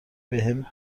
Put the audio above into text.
بهم